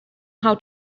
how